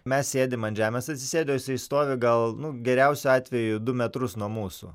mes sėdim ant žemės atsisėdę o jisai stovi gal nu geriausiu atveju du metrus nuo mūsų